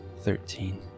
thirteen